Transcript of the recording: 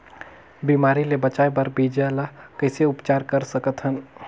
बिमारी ले बचाय बर बीजा ल कइसे उपचार कर सकत हन?